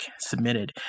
submitted